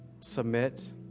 submit